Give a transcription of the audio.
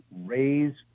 raise